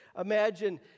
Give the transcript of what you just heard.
imagine